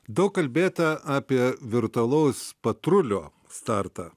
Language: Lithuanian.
daug kalbėta apie virtualaus patrulio startą